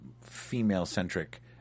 female-centric –